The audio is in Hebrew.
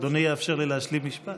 בבקשה,